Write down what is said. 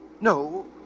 No